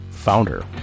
founder